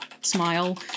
smile